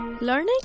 Learning